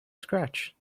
scratch